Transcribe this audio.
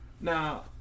Now